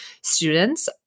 students